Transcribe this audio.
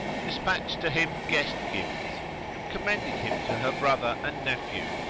despatched to him guest gifts and commended him to her brother and nephew,